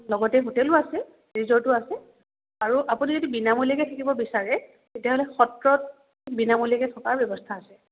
লগতে হোটেলো আছে ৰিজৰ্টো আছে আৰু আপুনি যদি বিনামূলীয়কে থাকিব বিচাৰে তেতিয়াহ'লে সত্ৰত বিনামূলীয়াকে থকাৰ ব্যৱস্থা আছে